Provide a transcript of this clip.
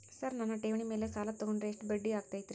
Sir ನನ್ನ ಠೇವಣಿ ಮೇಲೆ ಸಾಲ ತಗೊಂಡ್ರೆ ಎಷ್ಟು ಬಡ್ಡಿ ಆಗತೈತ್ರಿ?